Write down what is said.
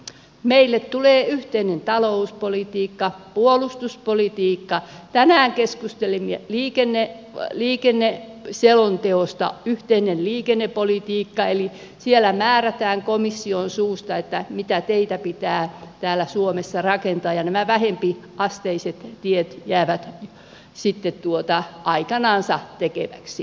meille tulee yhteinen talouspolitiikka puolustuspolitiikka tänään keskustelimme liikenneselonteosta yhteinen liikennepolitiikka eli siellä määrätään komission suusta mitä teitä pitää täällä suomessa rakentaa ja nämä vähempiasteiset tiet jäävät sitten aikanansa tehtäväksi